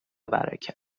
برکت